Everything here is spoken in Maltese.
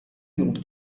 jum